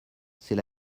c’est